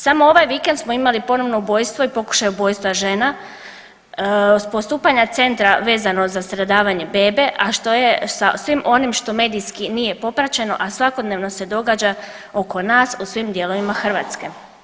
Samo ovaj vikend smo imali ponovno ubojstvo i pokušaj ubojstva žena, postupanja centra vezano za stradavanje bebe a što je sa svim onim što medijski nije popraćeno a svakodnevno se događa oko nas u svim dijelovima Hrvatske.